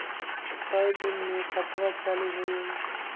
कई दिन मे खतबा चालु हो जाई?